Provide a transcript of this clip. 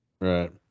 Right